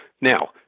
Now